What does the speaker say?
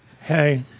Hey